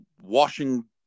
washing